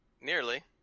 nearly